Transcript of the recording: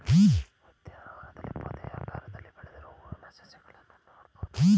ಉದ್ಯಾನವನದಲ್ಲಿ ಪೊದೆಯಾಕಾರದಲ್ಲಿ ಬೆಳೆದಿರುವ ಹೂವಿನ ಸಸಿಗಳನ್ನು ನೋಡ್ಬೋದು